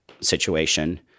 situation